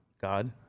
God